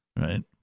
right